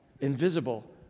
invisible